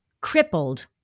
crippled